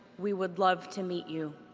we would love to meet you.